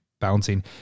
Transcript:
bouncing